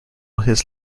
his